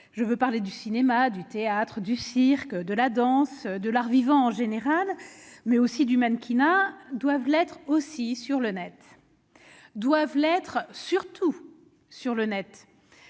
je veux parler du cinéma, du théâtre, du cirque, de la danse, de l'art vivant en général, mais aussi du mannequinat -, doivent l'être également, et même surtout, quand